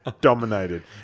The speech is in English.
dominated